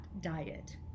diet